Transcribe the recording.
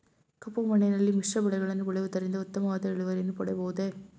ಕಪ್ಪು ಮಣ್ಣಿನಲ್ಲಿ ಮಿಶ್ರ ಬೆಳೆಗಳನ್ನು ಬೆಳೆಯುವುದರಿಂದ ಉತ್ತಮವಾದ ಇಳುವರಿಯನ್ನು ಪಡೆಯಬಹುದೇ?